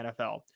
NFL